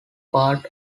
part